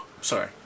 Sorry